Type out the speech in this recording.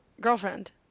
girlfriend